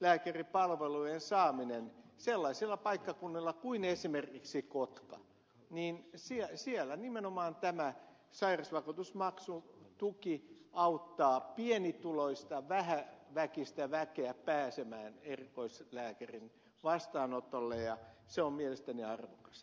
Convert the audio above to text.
erikoislääkäripalvelujen saamiseksi sellaisilla paikkakunnilla kuin esimerkiksi kotka siellä nimenomaan tämä sairausvakuutusmaksutuki auttaa pienituloista vähäväkistä väkeä pääsemään erikoislääkärin vastaanotolle ja se on mielestäni arvokasta